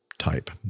type